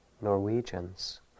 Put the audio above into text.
Norwegians